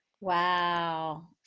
Wow